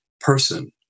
person